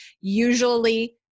Usually